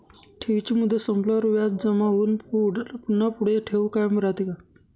ठेवीची मुदत संपल्यावर व्याज जमा होऊन पुन्हा पुढे ठेव कायम राहते का?